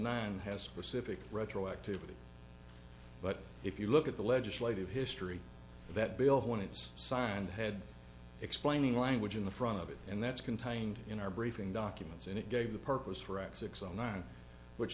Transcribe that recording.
nine has a civic retroactivity but if you look at the legislative history that bill when it was signed had explaining language in the front of it and that's contained in our briefing documents and it gave the purpose for x six o nine which